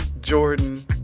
Jordan